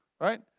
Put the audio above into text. right